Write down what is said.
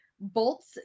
bolts